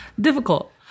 difficult